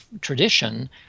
tradition